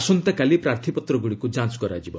ଆସନ୍ତାକାଲି ପ୍ରାର୍ଥୀପତ୍ରଗୁଡ଼ିକୁ ଯାଞ୍ଚ କରାଯିବ